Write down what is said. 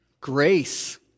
grace